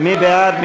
מי בעד?